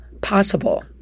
possible